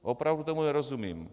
Opravdu tomu nerozumím.